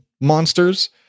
monsters